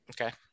okay